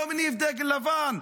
הוא לא מניף דגל לבן.